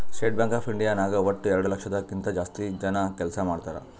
state bank of India ನಾಗ್ ವಟ್ಟ ಎರಡು ಲಕ್ಷದ್ ಕಿಂತಾ ಜಾಸ್ತಿ ಜನ ಕೆಲ್ಸಾ ಮಾಡ್ತಾರ್